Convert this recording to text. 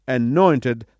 anointed